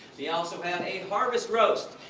they also have a harvest roast!